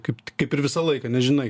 kaip kaip ir visą laiką nežinai